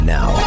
Now